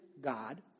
God